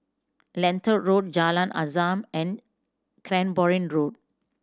Lentor Road Jalan Azam and Cranborne Road